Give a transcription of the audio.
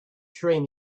train